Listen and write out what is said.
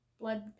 blood